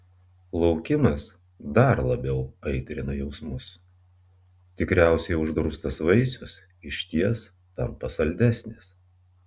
laukimas dar labiau aitrino jausmus tikriausiai uždraustas vaisius išties tampa saldesnis